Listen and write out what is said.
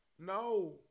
no